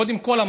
קודם כול,